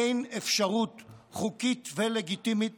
אין אפשרות חוקית ולגיטימית